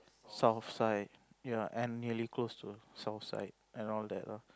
southside ya and nearly close to southside and all that ah